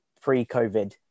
pre-covid